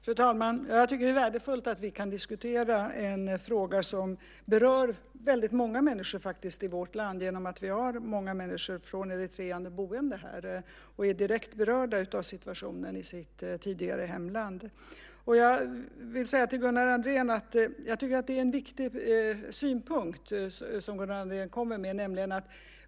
Fru talman! Jag tycker att det är värdefullt att vi kan diskutera en fråga som berör så många människor i vårt land i och med att vi har många människor från Eritrea boende här. De är ju direkt berörda av situationen i sitt tidigare hemland. Jag vill säga till Gunnar Andrén att jag tycker att det är en viktig synpunkt som han kommer med.